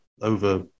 over